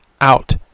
out